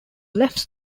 left